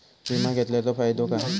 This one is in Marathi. विमा घेतल्याचो फाईदो काय?